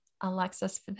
Alexis